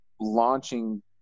launching